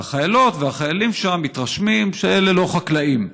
והחיילות והחיילים שם מתרשמים שאלה לא חקלאים.